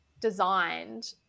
designed